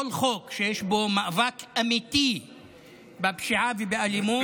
כל חוק שיש בו מאבק אמיתי בפשיעה ובאלימות,